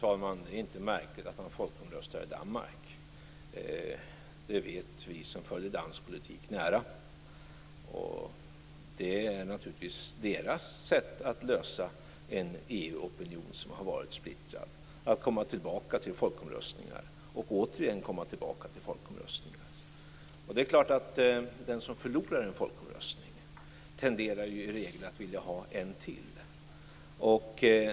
Fru talman! Det är inte märkligt att man folkomröstar i Danmark. Det vet vi som nära följer dansk politik. Danskarnas sätt att hantera en EU-opinion som har varit splittrad är att komma tillbaka till folkomröstning och återigen komma tillbaka till folkomröstning. Den som förlorar en folkomröstning tenderar i regel att vilja ha en till.